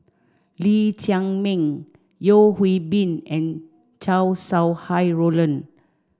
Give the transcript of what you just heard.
Lee Chiaw Meng Yeo Hwee Bin and Chow Sau Hai Roland